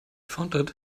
fondled